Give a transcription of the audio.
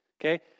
Okay